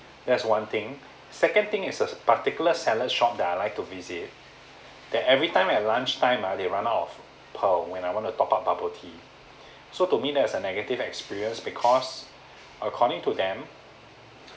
that's one thing second thing is a particular seller's shop that I like to visit that every time at lunchtime ah they run out of pearl when I want to top up bubble tea so to me that's a negative experience because according to them